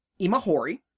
Imahori